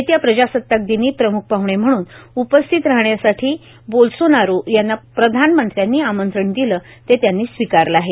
येत्या प्रजासताक दिनी प्रम्ख पाहणे म्हणून उपस्थित राहण्यासाठी बोल्सोनारो यांना प्रधानमंत्र्यांनी आमंत्रण दिलं ते त्यांनी स्वीकारलं आहे